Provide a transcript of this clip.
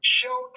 show